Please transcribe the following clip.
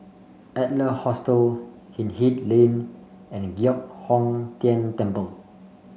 Adler Hostel Hindhede Lane and Giok Hong Tian Temple